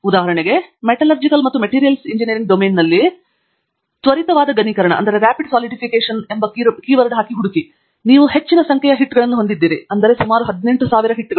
ಉದಾಹರಣೆಗೆ ಮೆಟಲರ್ಜಿಕಲ್ ಮತ್ತು materials engineering ಡೊಮೇನ್ನಲ್ಲಿ ಸಂಶೋಧನೆಯ ಪ್ರದೇಶವನ್ನು ಸುತ್ತುವ ಅಥವಾ ತ್ವರಿತವಾದ ಘನೀಕರಣವನ್ನು ಕರಗಿಸಿ ನೀವು ಹೆಚ್ಚಿನ ಸಂಖ್ಯೆಯ ಹಿಟ್ಗಳನ್ನು ಹೊಂದಿದ್ದೀರಿ ಅವುಗಳೆಂದರೆ ಸುಮಾರು 18000 ಹಿಟ್ಗಳು